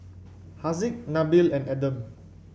Haziq Nabil and Adam